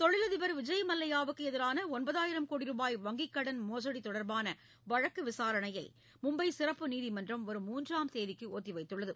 தொழில் அதிபர் விஜய் மல்லையாவுக்கு எதிரான ஒன்பதாயிரம் கோடி ருபாய் வங்கிக் கடன் மோசடி தொடர்பான வழக்கு விசாரணையை மும்பை சிறப்பு நீதிமன்றம் வரும் மூன்றாம் தேதிக்கு ஒத்தி வைத்துள்ளது